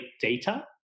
data